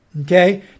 Okay